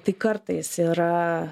tai kartais yra